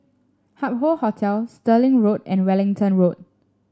Hup Hoe Hotel Stirling Road and Wellington Road